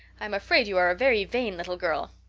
i'm afraid you are a very vain little girl.